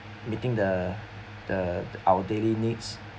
meeting the the our daily needs